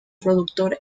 productor